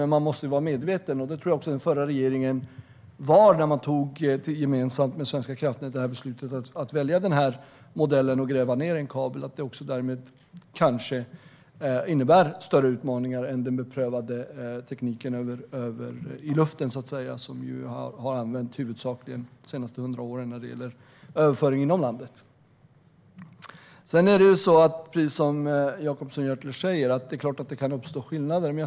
Det ska man vara medveten om, och det tror jag också att den förra regeringen var när man gemensamt med Svenska kraftnät tog beslutet att välja modellen med nedgrävd kabel. Det kanske innebär större utmaningar än den beprövade tekniken med att transportera el i luften, vilket huvudsakligen har använts under de senaste hundra åren när det gäller överföring inom landet. Precis som Jonas Jacobsson Gjörtler säger är det klart att det kan uppstå skillnader.